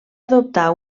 adoptar